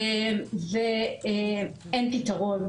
אין פתרון.